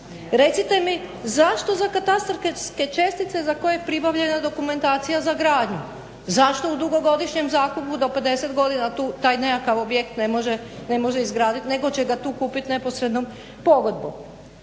Recite mi zašto za katastarske čestice za koje je pribavljena dokumentacija za gradnju, zašto u dugogodišnjem zakupu do 50 godina taj nekakav objekt ne može izgraditi, nego će ga tu kupiti neposrednom pogodbom.